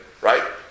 right